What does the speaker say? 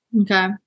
Okay